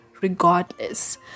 regardless